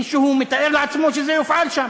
מישהו מתאר לעצמו שזה יופעל שם?